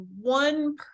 one